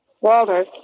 Walter